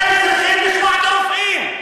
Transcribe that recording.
אתם צריכים לשמוע את הרופאים,